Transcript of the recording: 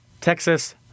Texas